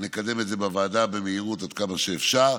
נקדם את זה בוועדה במהירות עד כמה שאפשר.